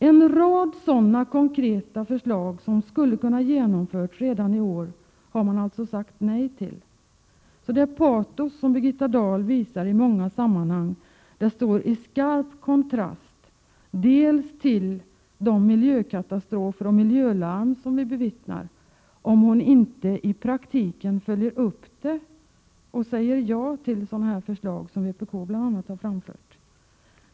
En rad sådana konkreta förslag, som skulle ha kunnat genomföras redan i år, har man alltså sagt nej till. Det patos som Birgitta Dahl visar i många sammanhang står i skarp kontrast till de miljökatastrofer och miljölarm som vi bevittnar, om hon inte i praktiken följer upp dem och säger ja till sådana förslag som bl.a. vpk har framfört.